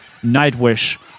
Nightwish